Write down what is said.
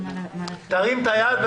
תרים את היד.